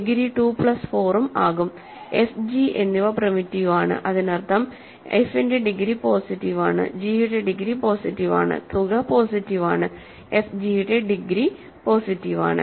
degree 2 plus 4 ഉം ആകും F G എന്നിവ പ്രിമിറ്റീവ് ആണ് അതിനർത്ഥം എഫ് ന്റെ ഡിഗ്രി പോസിറ്റീവ് ആണ് ജി യുടെ ഡിഗ്രി പോസിറ്റീവ് ആണ് തുക പോസിറ്റീവ് ആണ്എഫ് ജിയുടെ ഡിഗ്രി പോസിറ്റീവ് ആണ്